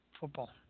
football